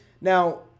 Now